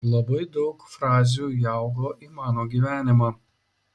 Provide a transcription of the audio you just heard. labai daug frazių įaugo į mano gyvenimą